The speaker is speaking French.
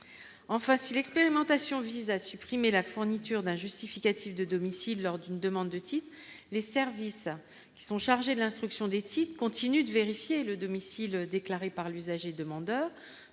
en facile expérimentation vise à supprimer la fourniture d'un justificatif de domicile, lors d'une demande de titans les services qui sont chargés de l'instruction d'éthique continue de vérifier le domicile déclaré par l'usager demandeurs